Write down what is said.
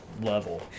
level